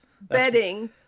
bedding